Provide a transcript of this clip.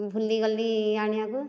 ଭୁଲିଗଲି ଆଣିବାକୁ